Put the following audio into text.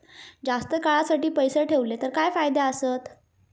जास्त काळासाठी पैसे ठेवले तर काय फायदे आसत?